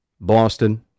Boston